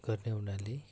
गर्ने हुनाले